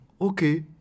okay